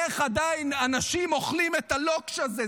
איך עדיין אנשים אוכלים את הלוקש הזה?